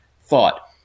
thought